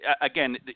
again